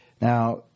Now